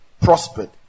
prospered